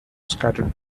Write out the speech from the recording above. scattered